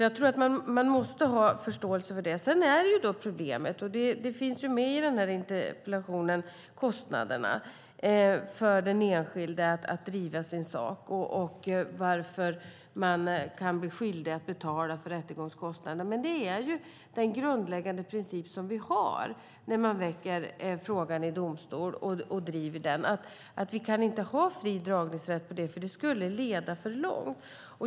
Jag tror att vi måste ha förståelse för det. Sedan är problemet, och det finns med i den här interpellationen, kostnaderna för den enskilde att driva sin sak och varför man kan bli skyldig att betala rättegångskostnaderna. Men det är ju den grundläggande princip som vi har när man väcker och driver frågan i domstol. Vi kan inte ha fri dragningsrätt på det, för det skulle leda för långt.